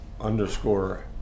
underscore